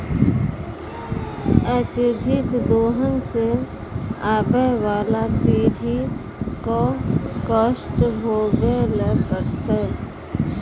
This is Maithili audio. अत्यधिक दोहन सें आबय वाला पीढ़ी क कष्ट भोगै ल पड़तै